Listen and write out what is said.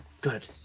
Good